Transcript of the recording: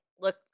look